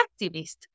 activist